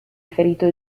ferito